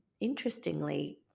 interestingly